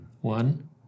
one